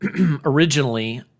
originally